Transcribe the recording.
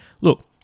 Look